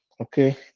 Okay